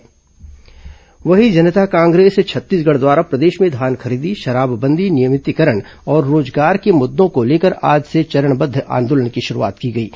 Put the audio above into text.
जकांछ प्रेसवार्ता वहीं जनता कांग्रेस छत्तीसगढ़ द्वारा प्रदेश में धान खरीदी शराबबंदी नियमितीकरण और रोजगार के मुद्दों को लेकर आज से चरणबद्द आंदोलन की शुरूआत की गई है